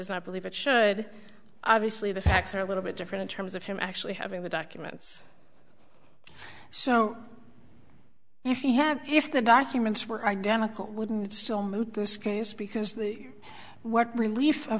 not believe it should obviously the facts are a little bit different in terms of him actually having the documents so if you have if the documents were identical wouldn't still moot this case because of what relief